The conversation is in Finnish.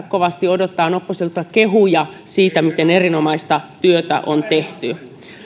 kovasti odotetaan oppositiolta kehuja siitä miten erinomaista työtä on tehty